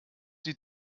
die